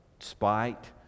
spite